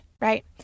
right